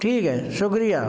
ठीक है शुक्रिया